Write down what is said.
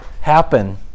happen